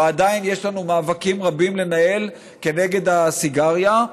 ועדיין יש לנו מאבקים רבים לנהל כנגד הסיגריה,